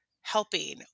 helping